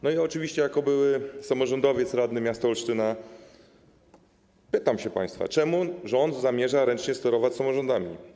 No i oczywiście jako były samorządowiec, radny miasta Olsztyna, pytam państwa: Dlaczego rząd zamierza ręcznie sterować samorządami?